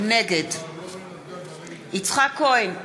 נגד יצחק כהן,